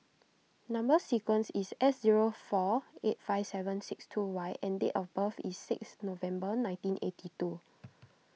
Number Sequence is S zero four eight five seven six two Y and date of birth is six November nineteen eighty two